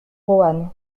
roanne